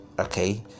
okay